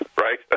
right